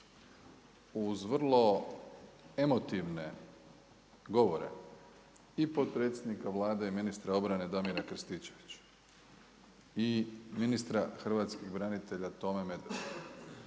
uz vrlo emotivne govore i potpredsjednika Vlade i ministra obrane Damira Krstičevića i ministra hrvatskih branitelja Tome Medveda